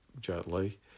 gently